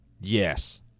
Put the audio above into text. Yes